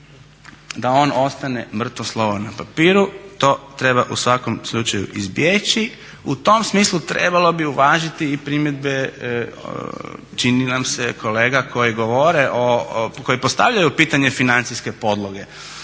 da on ostane mrtvo slovo na papiru. To treba u svakom slučaju izbjeći. U tom smislu trebalo bi uvažiti i primjedbe, čini nam se, kolega koji govori, koji postavljaju pitanje financijske podloge